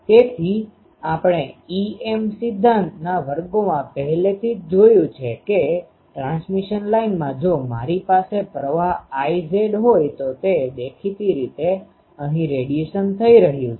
તેથી આપણે EM સિદ્ધાંતના વર્ગોમાં પહેલેથી જ જોયું છે કે ટ્રાન્સમિશન લાઇનમાં જો મારી પાસે પ્રવાહ I હોય તો દેખીતી રીતે અહીં રેડિયેશન થઈ રહ્યું છે